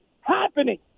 happening